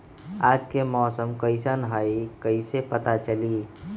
आज के मौसम कईसन हैं कईसे पता चली?